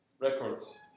records